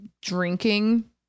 drinking